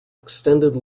extended